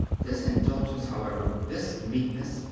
this indulgence, however, this meekness,